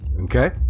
Okay